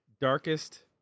Darkest